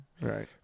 right